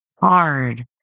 hard